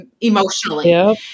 emotionally